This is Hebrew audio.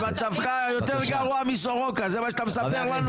מצבך יותר גרוע מסורוקה, זה מה שאתה מספר לנו?